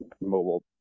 mobile